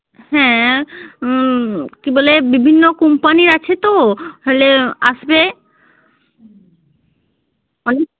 হ্যাঁ কী বলে বিভিন্ন কোম্পানির আছে তো হলে আসবে বলুন